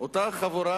אותה חבורה